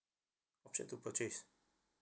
option to purchase